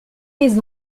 les